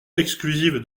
exclusive